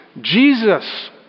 Jesus